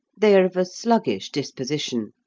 they are of a sluggish disposition,